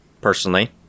personally